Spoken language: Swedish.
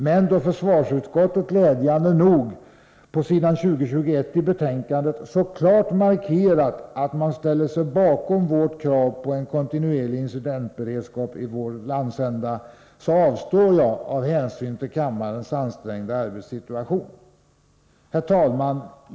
Men då försvarutskottet glädjande nog på s. 20-21 i betänkandet så klart markerat att man ställer sig bakom vårt krav på en kontinuerlig incidentberedskap i vår landsända avstår jag av hänsyn till kammarens ansträngda arbetssituation. Herr talman!